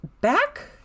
back